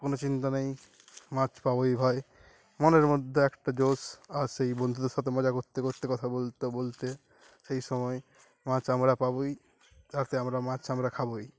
কোনো চিন্তা নেই মাছ পাবোই ভাই মনের মধ্যে একটা জোশ আর সেই বন্ধুদের সাথে মজা করতে করতে কথা বলতে বলতে সেই সময় মাছ আমরা পাবোই রাতে আমরা মাছ আমরা খাবোই